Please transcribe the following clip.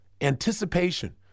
Anticipation